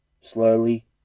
slowly